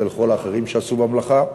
ולכל האחרים שעשו במלאכה.